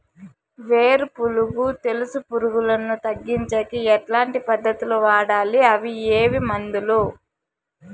వేరు పులుగు తెలుసు పులుగులను తగ్గించేకి ఎట్లాంటి పద్ధతులు వాడాలి? అవి ఏ మందులు?